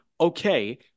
okay